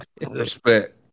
respect